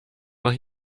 noch